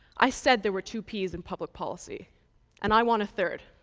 i said there were two p's in public policy and i want a third